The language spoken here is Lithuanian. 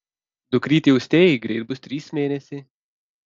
dukrytei austėjai greit bus trys mėnesiai